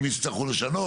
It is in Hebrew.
אם יצטרכו לשנות,